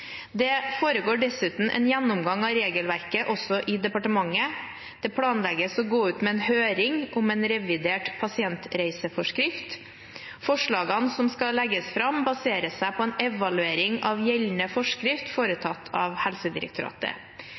Det foregår dessuten en gjennomgang av regelverket i departementet. Det planlegges å gå ut med en høring om en revidert pasientreiseforskrift. Forslagene som skal legges fram, baserer seg på en evaluering av gjeldende forskrift foretatt av Helsedirektoratet.